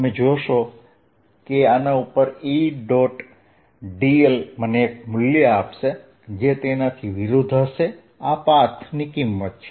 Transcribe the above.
તમે જોશો કે આના ઉપર Edl મને એક મૂલ્ય આપશે જે તેનાથી વિરુદ્ધ હશે આ પાથ ની કિંમત છે